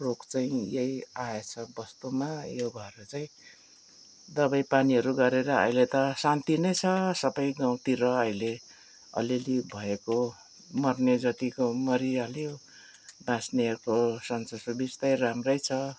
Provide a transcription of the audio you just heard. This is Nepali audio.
रोग चाहिँ यही आएछ वस्तुमा त्यो भएर चाहिँ दबाई पानीहरू गरेर अहिले त शान्ति नै छ सबै गाउँतिर अहिले अलिअलि भएको मर्ने जतिको मरिहाल्यो बाँच्नेहरूको सञ्चो सुबिस्तै राम्रै छ